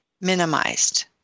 minimized